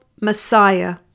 Messiah